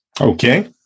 Okay